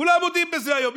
כולם מודים בזה היום,